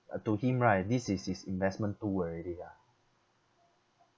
I told him right this is his investment tool already ah